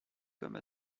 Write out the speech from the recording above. comme